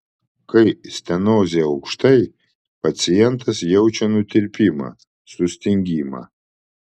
kai stenozė aukštai pacientas jaučia nutirpimą sustingimą